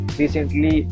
recently